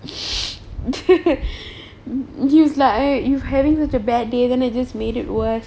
he was like you've having a bad day then I just made it worse